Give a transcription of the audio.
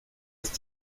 ist